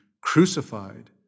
crucified